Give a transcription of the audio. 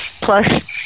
plus